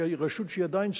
שהיא רשות עדיין צעירה,